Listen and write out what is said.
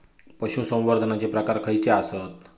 पशुसंवर्धनाचे प्रकार खयचे आसत?